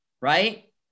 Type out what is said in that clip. right